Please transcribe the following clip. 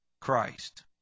Christ